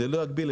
סייבר,